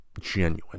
genuine